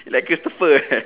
you like christopher